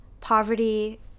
poverty